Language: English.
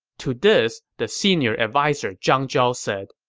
to this, the senior adviser zhang zhao said,